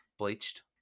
bleached